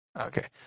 Okay